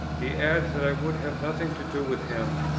he adds that i would have nothing to do with him,